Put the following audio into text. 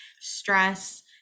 Stress